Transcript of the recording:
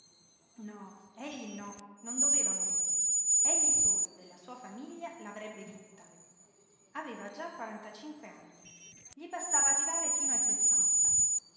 no egli no non doveva morire egli solo della sua famiglia l'avrebbe vinta aveva già quarantacinque anni gli bastava arrivare fino ai sessanta